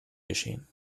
geschehen